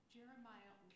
Jeremiah